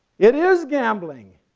it is gambling!